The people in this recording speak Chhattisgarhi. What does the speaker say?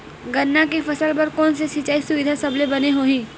गन्ना के फसल बर कोन से सिचाई सुविधा सबले बने होही?